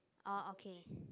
orh okay